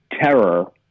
Terror